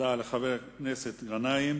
תודה לחבר הכנסת גנאים.